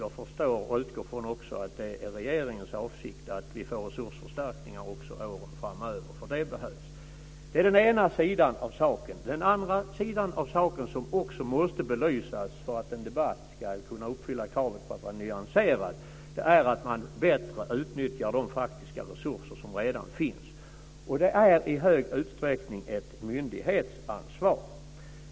Jag förstår och utgår också från att det är regeringens avsikt att vi får resursförstärkningar också åren framöver - för det behövs. Det är den ena sidan av saken. Den andra sidan av saken, som också måste belysas för att en debatt ska kunna uppfylla kravet på att vara nyanserad, är att man bättre utnyttjar de faktiska resurser som redan finns. Det är i hög utsträckning ett myndighetsansvar.